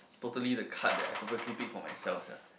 totally the card that I purposely pick for myself sia